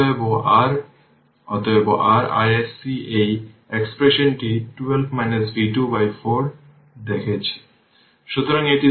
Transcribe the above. এবং শুধুমাত্র চিহ্ন বা চিহ্নের দিকে তাকান অনুগ্রহ করে দেখুন তদনুসারে স্রোতের দিকটি অন্যথায় চিহ্নটি